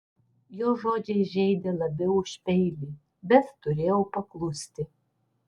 jo žodžiai žeidė labiau už peilį bet turėjau paklusti